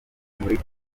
muri